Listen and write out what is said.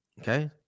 okay